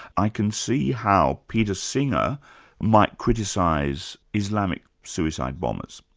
i can see how peter singer might criticise islamic suicide bombers,